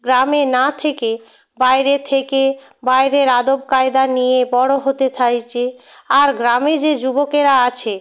গ্রামে না থেকে বাইরে থেকে বাইরের আদব কায়দা নিয়ে বড় হতে চাইছে আর গ্রামে যে যুবকেরা আছে